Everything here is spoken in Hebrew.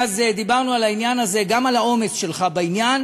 דיברנו על העניין הזה, גם על האומץ שלך בעניין